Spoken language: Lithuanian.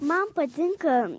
man patinka